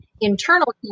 internal